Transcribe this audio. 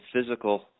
physical